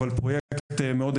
אבל פרויקט מאוד אקסקלוסיבי.